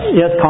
yes